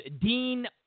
Dean